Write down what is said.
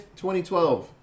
2012